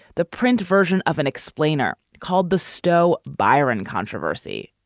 the print version of an explainer called the sto byron controversy.